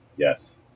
Yes